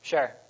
Sure